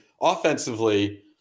offensively